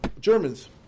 Germans